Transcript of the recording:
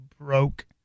broke